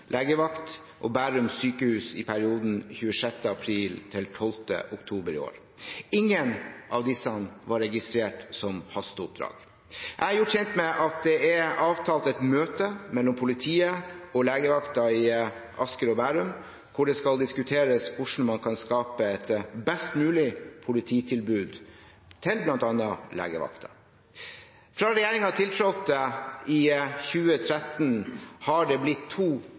legevakt og Bærum sykehus i perioden 26. april–12. oktober i år. Ingen av disse var registrert som hasteoppdrag. Jeg er gjort kjent med at det er avtalt et møte mellom politiet og legevakten i Asker og Bærum, hvor det skal diskuteres hvordan man kan skape et best mulig polititilbud til bl.a. legevakten. Fra regjeringen tiltrådte i 2013 har det blitt